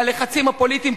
והלחצים הפוליטיים,